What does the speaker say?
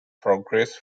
progress